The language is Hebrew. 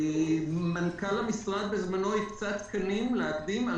מנכ"ל המשרד בזמנו הקצה תקנים להקדים על